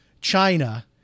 China